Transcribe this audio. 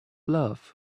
love